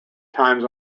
times